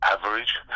average